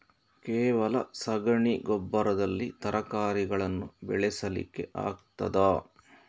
ಕೇವಲ ಸಗಣಿ ಗೊಬ್ಬರದಲ್ಲಿ ತರಕಾರಿಗಳನ್ನು ಬೆಳೆಸಲಿಕ್ಕೆ ಆಗ್ತದಾ?